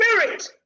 spirit